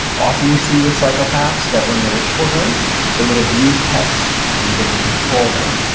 often we see with psychopaths that when they were children they would abuse pets because they could control them,